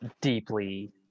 deeply